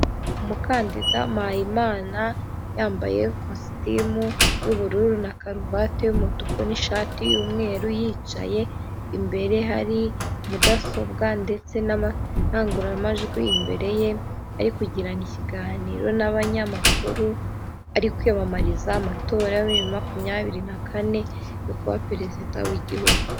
Umukandida Mpayimana yambaye ikositimu y'ubururu na karuvati y'umutuku n'ishati y'umweru yicaye, imbere hari mudasobwa ndetse n'amarangururamajwi imbere ye, ari kugirana ikiganiro n'abanyamakuru, ari kwiyamamariza amatora ya bibiri na makumyabiri na kane yo kuba perezida w'Igihugu.